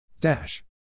Dash